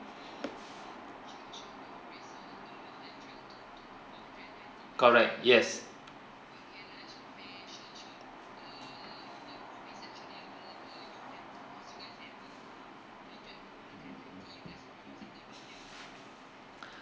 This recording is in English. correct yes